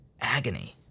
Agony